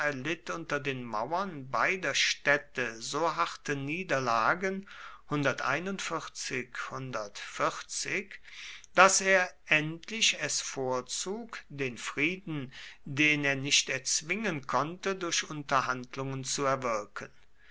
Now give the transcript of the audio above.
unter den mauern beider städte so harte niederlagen daß er endlich es vorzog den frieden den er nicht erzwingen konnte durch unterhandlungen zu erwirken